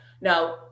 Now